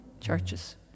churches